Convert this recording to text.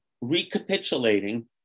recapitulating